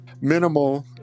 minimal